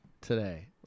today